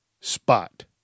spot